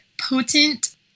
potent